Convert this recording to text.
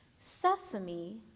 Sesame